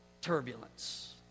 Turbulence